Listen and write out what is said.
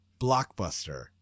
Blockbuster